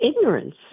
ignorance